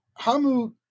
Hamu